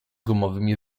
gumowymi